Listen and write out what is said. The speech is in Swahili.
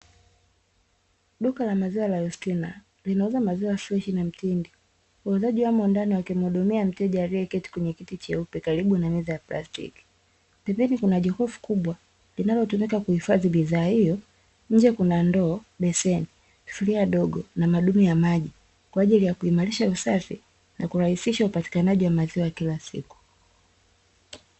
Duka la maziwa la "Yustina" linauza maziwa freshi na mtindi. Wauzaji wamo ndani wakimuhudumia mteja alieketi kwenye kiti cheupe karibu meza ya plastiki. Pembeni kuna jokofu kubwa linalotumika kuhifadhi bidhaa hiyo. Nje kuna ndoo, beseni, sufuria dogo, na madumu ya maji kwa ajili ya kuimarisha usafi na kurahisisha upatikanaji wa maziwa kila siku.